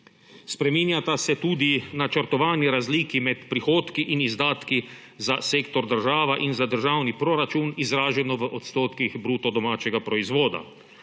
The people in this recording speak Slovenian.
Spreminjata se tudi načrtovani razliki med prihodki in izdatki za sektor država in za državni proračun, izraženo v odstotkih bruto domačega proizvoda.